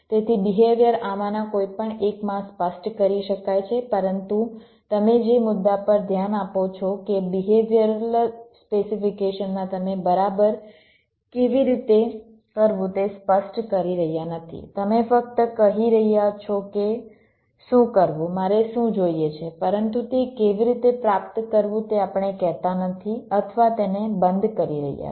તેથી બિહેવિયર આમાંના કોઈપણ એકમાં સ્પષ્ટ કરી શકાય છે પરંતુ તમે જે મુદ્દા પર ધ્યાન આપો છો કે બિહેવિયરલ સ્પેસિફીકેશનમાં તમે બરાબર કેવી રીતે કરવું તે સ્પષ્ટ કરી રહ્યા નથી તમે ફક્ત કહી રહ્યા છો કે શું કરવું મારે શું જોઈએ છે પરંતુ તે કેવી રીતે પ્રાપ્ત કરવું તે આપણે કહેતા નથી અથવા તેને બંધ કરી રહ્યા છે